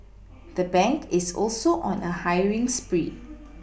the bank is also on a hiring spree